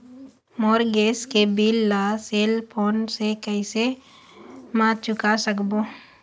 मोर gas के bill ला cell phone से कैसे म चुका सकबो?